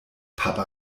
papa